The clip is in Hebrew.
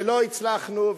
ולא הצלחנו.